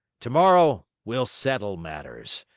tomorrow we'll settle matters.